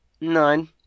Nine